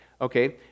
okay